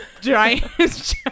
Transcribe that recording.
giant